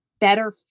better